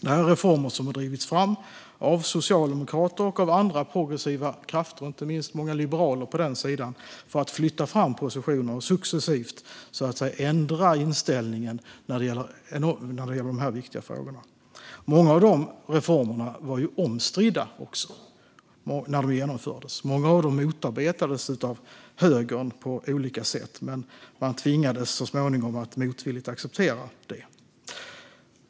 Det här är reformer som har drivits fram av socialdemokrater och av andra progressiva krafter, inte minst många liberaler, för att flytta fram positionerna successivt för att ändra inställningen i dessa viktiga frågor. Många av reformerna var omstridda när de genomfördes, och många av dem motarbetades av högern på olika sätt, men man tvingades så småningom att motvilligt acceptera dem.